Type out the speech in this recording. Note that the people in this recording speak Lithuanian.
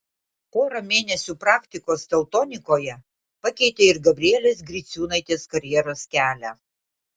pora mėnesių praktikos teltonikoje pakeitė ir gabrielės griciūnaitės karjeros kelią